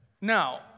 Now